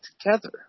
together